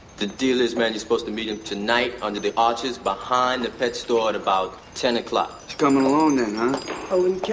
the deal is man you're supposed to meet him tonight under the arches behind the pet store at about ten o'clock. he's comin' alone? i wouldn't